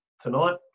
tonight